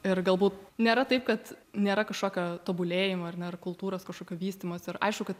ir galbūt nėra taip kad nėra kažkokio tobulėjimo ar ne ir kultūros kažkokio vystymosi ir aišku kad